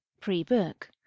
pre-book